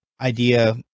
idea